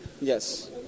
Yes